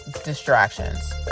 distractions